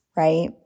Right